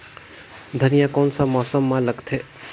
धनिया कोन सा मौसम मां लगथे?